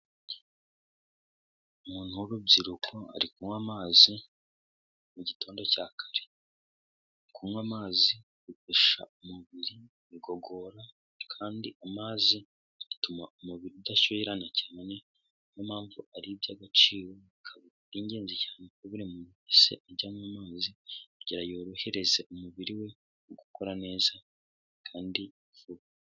Umuntu w'urubyiruko ari kunywa amazi mu gitondo cya kare, kunywa amazi bifasha umubiri igogora, kandi amazi atuma umubiri udashyuhirana cyane, niyo mpamvu ari iby'agaciro, ni n'ingenzi cyane ko buri muntu wese ajya anywa amazi, kugira yorohereze umubiri we gukora neza, kandi vuba.